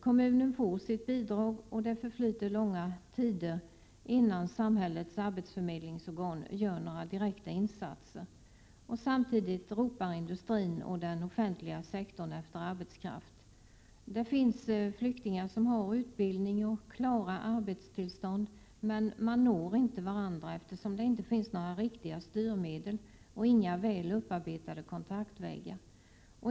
Kommunen får sitt bidrag, och det förflyter långa tider innan samhällets arbetsförmedlingsorgan gör några direkta insatser. Samtidigt ropar industrin och den offentliga sektorn efter arbetskraft. Det finns flyktingar som har utbildning och klara arbetstillstånd, men man når inte varandra på arbetsmarknaden, eftersom det inte finns några riktiga styrmedel och inga väl upparbetade kontaktvägar.